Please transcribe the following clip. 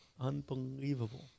Unbelievable